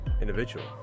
individual